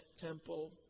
temple